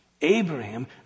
Abraham